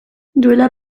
duela